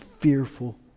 fearful